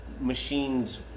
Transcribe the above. Machined